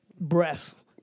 breasts